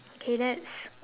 K let's